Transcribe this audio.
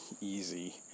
easy